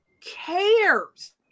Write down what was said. cares